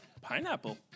pineapple